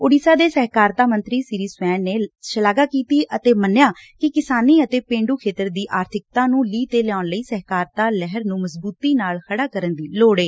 ਉਡੀਸ਼ਾ ਦੇ ਸਹਿਕਾਰਤਾ ਮੰਤਰੀ ਸ੍ਰੀ ਸਵੈਨ ਨੇ ਸ਼ਲਾਘਾ ਕੀਤੀ ਅਤੇ ਮੰਨਿਆ ਕਿ ਕਿਸਾਨੀ ਅਤੇ ਪੇਂਛ ਖੇਤਰ ਦੀ ਆਰਥਿਕਤਾ ਨੂੰ ਲੀਹ ਤੇ ਲਿਆਉਣ ਲਈ ਸਹਿਕਾਰਤਾ ਲਹਿਰ ਨੂੰ ਮਜ਼ਬੂਤੀ ਨਾਲ ਖੜਾ ਕਰਨ ਦੀ ਲੋੜ ਏ